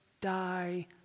die